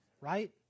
Right